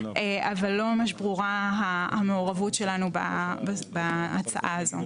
אבל לא ממש ברורה המעורבות שלנו בהצעה הזאת.